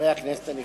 חברי הכנסת הנכבדים,